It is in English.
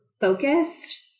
focused